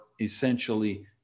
essentially